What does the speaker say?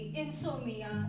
insomnia